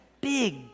big